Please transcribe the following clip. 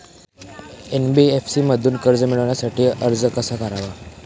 NBFC मधून कर्ज मिळवण्यासाठी अर्ज कसा करावा?